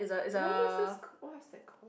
what is this this what is that called